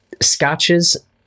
scotches